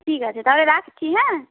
ঠিক আছে তাহলে রাখছি হ্যাঁ